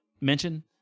mention